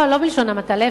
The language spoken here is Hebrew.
לא בלשון המעטה,